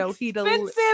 Expensive